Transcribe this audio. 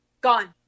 Gone